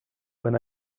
when